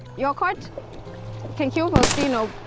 your court can kill faustino,